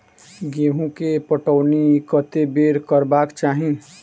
गेंहूँ केँ पटौनी कत्ते बेर करबाक चाहि?